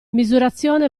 misurazione